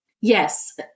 Yes